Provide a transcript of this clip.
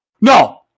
No